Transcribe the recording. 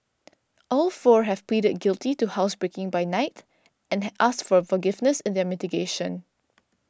all four have pleaded guilty to housebreaking by night and had asked for forgiveness in their mitigation